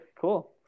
cool